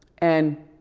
and,